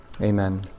Amen